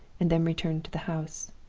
and then returned to the house.